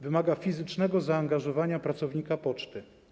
Wymaga to fizycznego zaangażowania pracownika poczty.